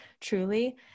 truly